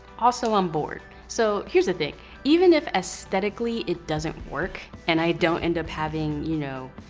also, i'm bored. so, here's the thing even if aesthetically it doesn't work and i don't end up having, you know,